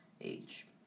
age